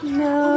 no